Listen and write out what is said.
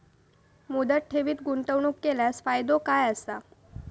मुदत ठेवीत गुंतवणूक केल्यास फायदो काय आसा?